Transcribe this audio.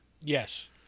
Yes